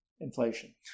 inflation